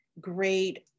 great